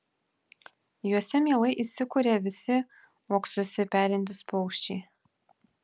juose mielai įsikuria visi uoksuose perintys paukščiai